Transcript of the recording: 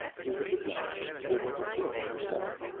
here is a gun, you will want to kill him yourself.